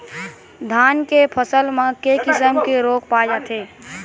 धान के फसल म के किसम के रोग पाय जाथे?